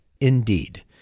Indeed